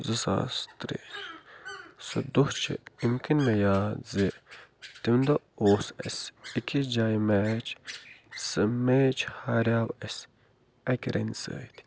زٕ ساس ترٛےٚ سُہ دۄہ چھُ اَمہِ کِنۍ مےٚ یاد زٕ تمہِ دۄہ اوس اَسہِ أکِس جایہِ میچ سُہ میچ ہاریٚو اَسہِ اَکہِ رنہِ سۭتۍ